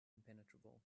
impenetrable